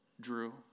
Drew